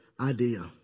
idea